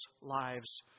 lives